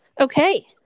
Okay